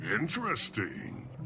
Interesting